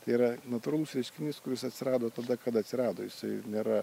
tai yra natūralus reiškinys kuris atsirado tada kada atsirado jisai nėra